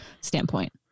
standpoint